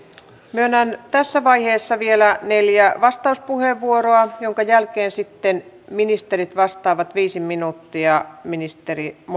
myönnän tässä vaiheessa vielä neljä vastauspuheenvuoroa joiden jälkeen ministerit vastaavat viisi minuuttia